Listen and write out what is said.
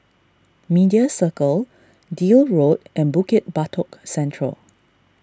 Media Circle Deal Road and Bukit Batok Central